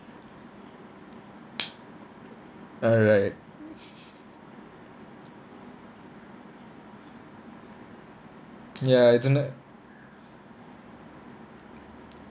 uh right ya it's in a